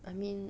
I mean